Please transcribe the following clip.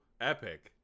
epic